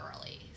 early